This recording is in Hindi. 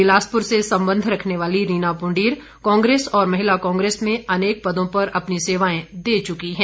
बिलासपुर से संबंध रखने वाली रीना पुंडीर कांग्रेस और महिला कांग्रेस में अनेक पदों पर अपनी सेवाएं दे चुकी हैं